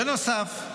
בנוסף,